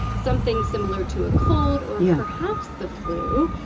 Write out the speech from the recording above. something similar to a cold or perhaps the flu.